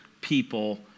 people